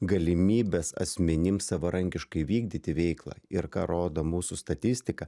galimybes asmenims savarankiškai vykdyti veiklą ir ką rodo mūsų statistika